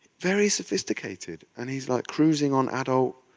very sophisticated. and he's like cruising on adult,